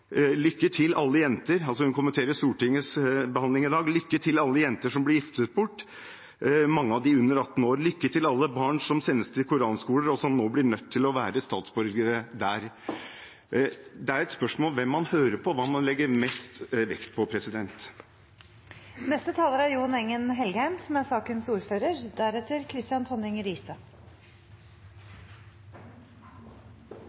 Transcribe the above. hun kommenterer Stortingets behandling i dag: «Lykke til alle jenter som blir giftet bort, mange av de under 18 år.» Og: «Lykke til alle barn som blir sendt til koranskoler og som nå blir nødt til å være statsborgere der.» Det er et spørsmål om hvem man hører på, og hva man legger mest vekt på. Det har kommet fram flere beskyldninger om at denne saken ikke er